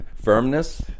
firmness